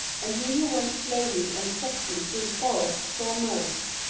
and he who went slowly and softly through the forest saw most.